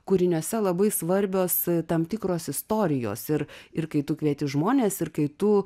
kūriniuose labai svarbios tam tikros istorijos ir ir kai tu kvieti žmones ir kai tu